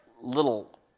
little